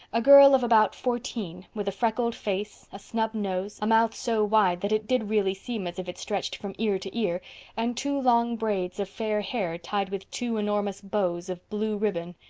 a girl of about fourteen, with a freckled face, a snub nose, a mouth so wide that it did really seem as if it stretched from ear to ear, and two long braids of fair hair tied with two enormous bows of blue ribbon.